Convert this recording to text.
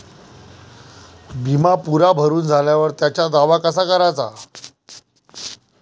बिमा पुरा भरून झाल्यावर त्याचा दावा कसा कराचा?